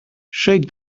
shake